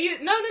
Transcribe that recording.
No